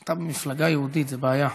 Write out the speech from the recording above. אתה במפלגה יהודית, זה בעיה.